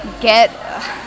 get